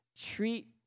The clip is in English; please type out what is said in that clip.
treat